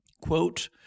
quote